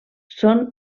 són